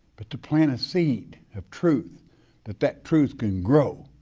but to plant a seed of truth that that truth can grow,